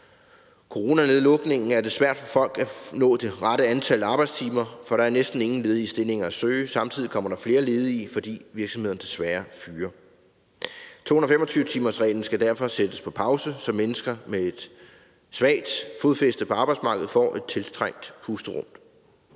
coronanedlukningen, er det svært for folk at nå det rette antal arbejdstimer, for der er næsten ingen ledige stillinger at søge, og samtidig kommer der flere ledige, fordi virksomhederne desværre fyrer. 225-timersreglen skal derfor sættes på pause, så mennesker med et svagt fodfæste på arbejdsmarkedet får et tiltrængt pusterum.